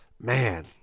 Man